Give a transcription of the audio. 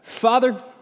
Father